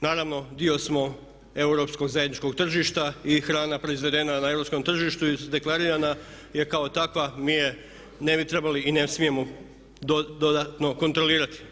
Naravno dio smo europskog zajedničkog tržišta i hrana proizvedena na europskom tržištu izdeklarirana je kao takva mi je ne bi trebali i ne smijemo dodatno kontrolirati.